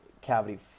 cavity